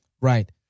Right